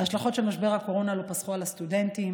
ההשלכות של משבר הקורונה לא פסחו על הסטודנטים.